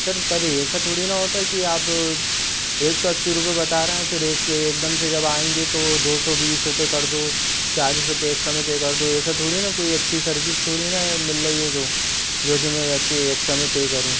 sir पर ऐसा थोड़ी ना होता हे कि आप एक सौ अस्सी रुपये बता रहे हैं फिर एक एकदम से जब आएँगे तो दो सौ बीस रुपये कर दो चालीस रुपये एक्स्ट्रा मैं पे कर दूँ ऐसा थोड़ी ना कोई अच्छी सर्विस थोड़ी ना है मिल रही है जो जो कि मैं अच्छे ऐक्स्ट्रा मैं पे करूँ